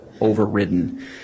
overridden